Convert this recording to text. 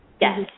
Yes